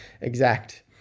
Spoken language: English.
exact